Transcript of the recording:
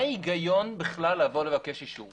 מה ההיגיון בכלל לבוא לבקש אישור?